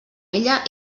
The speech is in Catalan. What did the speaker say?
ella